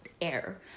air